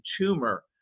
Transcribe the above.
tumor